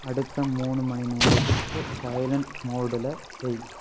அடுத்த மூணு மணி நேரத்துக்கு சைலண்ட் மோடில் வை